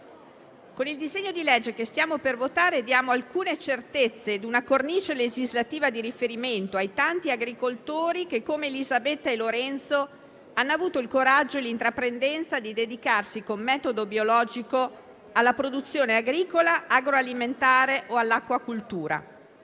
Con il disegno di legge che stiamo per votare, diamo alcune certezze e una cornice legislativa di riferimento ai tanti agricoltori che, come Elisabetta e Lorenzo, hanno avuto il coraggio e l'intraprendenza di dedicarsi con metodo biologico alla produzione agricola, agroalimentare o all'acquacoltura.